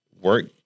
work